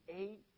Eight